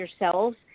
yourselves